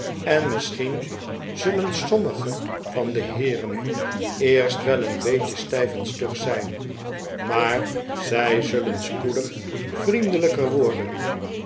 en misschien zullen sommige van de h'eeren eerst wel een beetje stijf en stug zijn maar zij zullen spoedig vriendelijker worden